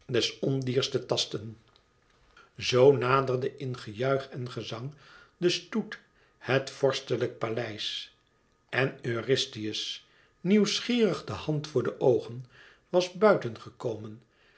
des ondiers te tasten zoo naderde in gejuich en gezang de stoet het vorstelijk paleis en eurystheus nieuwsgierig de hand voor de oogen was